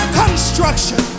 construction